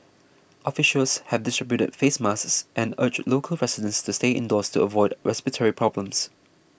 officials have distributed face masks and urged local residents to stay indoors to avoid respiratory problems